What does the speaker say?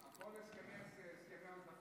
הכול הסכמי עודפים.